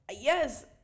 yes